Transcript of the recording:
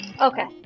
Okay